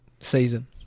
season